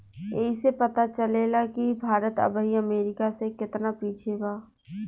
ऐइसे पता चलेला कि भारत अबही अमेरीका से केतना पिछे बा